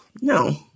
No